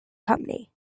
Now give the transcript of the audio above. company